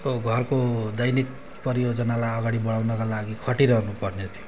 औ घरको दैनिक परियोजनालाई अगाडि बढाउनको लागि खटिरहनुपर्ने थियो